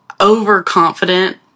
Overconfident